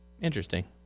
interesting